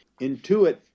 Intuit